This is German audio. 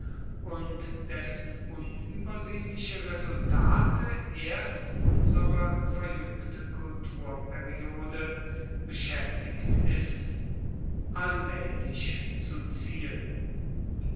und dessen unübersehliche resultate erst unsere verjüngte kulturperiode beschäftigt ist allmählich zu ziehen